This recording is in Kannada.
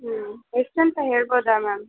ಹೂಂ ಎಷ್ಟು ಅಂತ ಹೇಳ್ಬೋದಾ ಮ್ಯಾಮ್